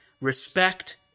respect